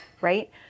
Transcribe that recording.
right